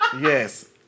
Yes